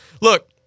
Look